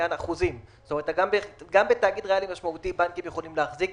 גם בתאגיד ריאלי משמעותי בנקים יכולים להחזיק